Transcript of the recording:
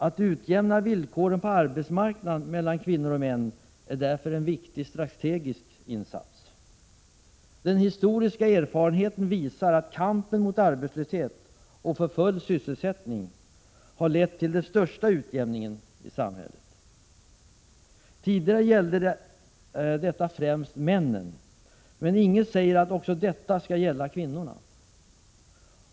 Att utjämna villkoren på arbetsmarknaden mellan kvinnor och män är därför en viktig strategisk insats. Den historiska erfarenheten visar att kampen mot arbetslöshet och för full sysselsättning har lett till den största utjämningen i samhället. Tidigare gällde detta främst männen, men inget säger att inte detta också måste gälla kvinnorna.